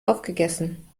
aufgegessen